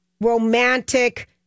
Romantic